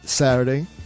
saturday